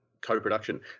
co-production